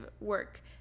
work